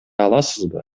аласызбы